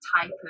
type